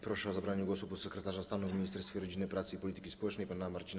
Proszę o zabranie głosu podsekretarza stanu w Ministerstwie Rodziny, Pracy i Polityki Społecznej pana Marcina